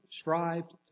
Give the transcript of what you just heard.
strived